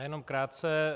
Jenom krátce.